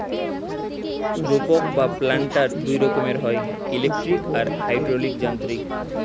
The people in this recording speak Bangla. রোপক বা প্ল্যান্টার দুই রকমের হয়, ইলেকট্রিক আর হাইড্রলিক যান্ত্রিক